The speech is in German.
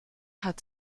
hat